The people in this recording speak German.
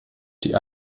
die